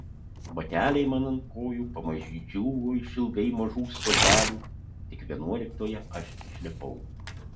bateliai man ant kojų pamaži džiūvo išilgai mažų stotelių tik vienuoliktoje aš išlipau